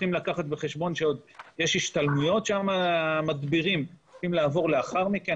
צריכים לקחת בחשבון שיש השתלמויות שהמדבירים צריכים לעבור לאחר מכן,